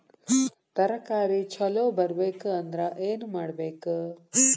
ತರಕಾರಿ ಛಲೋ ಬರ್ಬೆಕ್ ಅಂದ್ರ್ ಏನು ಮಾಡ್ಬೇಕ್?